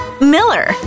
Miller